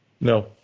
No